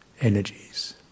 energies